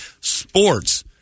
sports